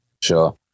Sure